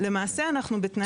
למעשה, אנחנו בתנאי עבדות.